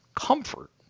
comfort